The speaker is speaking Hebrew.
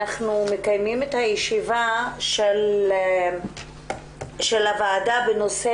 אנחנו מקיימים את הישיבה של הוועדה בנושא